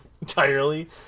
entirely